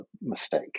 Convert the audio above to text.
mistake